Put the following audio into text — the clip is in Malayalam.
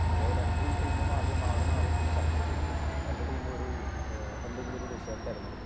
അപ്പോള് രണ്ട് ടീമും ആദ്യം മാറി മാറി നിന്ന് ചർച്ച ചെയ്യും രണ്ട് ടീമും ഒരു എന്തെങ്കിലും ഒരു വിഷയം തെരഞ്ഞെടുക്കും